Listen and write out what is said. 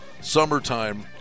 summertime